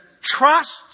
trust